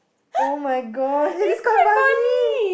[oh]-my-god it is quite funny